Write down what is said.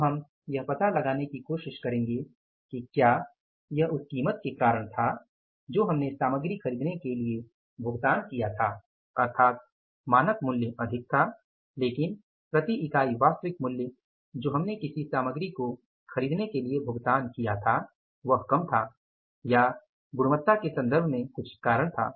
अब हम यह पता लगाने की कोशिश करेंगे कि क्या यह उस कीमत के कारण था जो हमने सामग्री खरीदने के लिए भुगतान किया था अर्थात मानक मूल्य अधिक था लेकिन प्रति इकाई वास्तविक मूल्य जो हमने किसी सामग्री को खरीदने के लिए भुगतान किया था वह कम था या गुणवत्ता के संदर्भ में कुछ कारण था